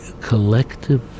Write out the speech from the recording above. collective